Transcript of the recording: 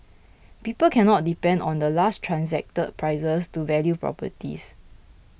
people cannot depend on the last transacted prices to value properties